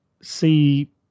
see